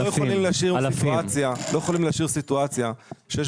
אבל אנחנו לא יכולים להשאיר סיטואציה שיש